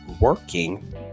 working